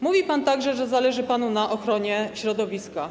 Mówił pan także, że zależy panu na ochronie środowiska.